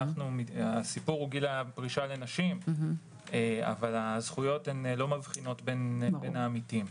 הסיפור הוא גיל הפרישה לנשים אבל הזכויות לא מבחינות בין העמיתים.